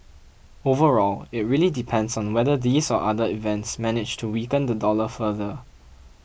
overall it really depends on whether these or other events manage to weaken the dollar further